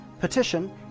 petition